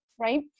right